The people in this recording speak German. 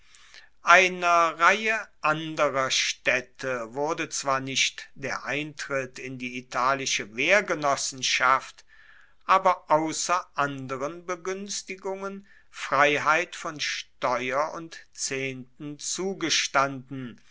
einer reihe anderer staedte wurde zwar nicht der eintritt in die italische wehrgenossenschaft aber ausser anderen beguenstigungen freiheit von steuer und zehnten zugestanden